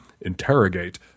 interrogate